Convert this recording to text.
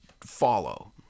follow